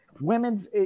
Women's